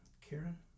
Karen